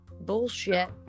bullshit